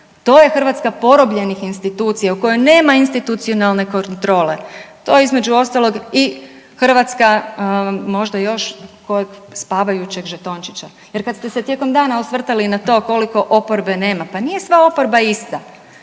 to je Hrvatska porobljenih institucija u kojoj nema institucionalne kontrole. To je između ostalog i Hrvatska možda još kod spavajućeg žetončića jer kada ste se tijekom dana osvrtali i na to koliko opobe nema, pa nije sva oporba ista.